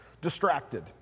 distracted